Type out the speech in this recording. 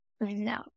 No